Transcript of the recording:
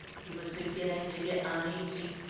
he was beginning to get uneasy,